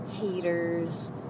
haters